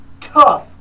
tough